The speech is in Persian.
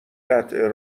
قطع